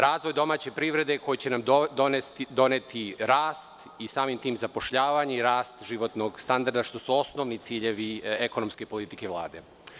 Razvoj domaće privrede koji će nam doneti rast i samim tim zapošljavanje i rast životnog standarda, što su osnovni ciljevi ekonomske politike Vlade.